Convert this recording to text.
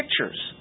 pictures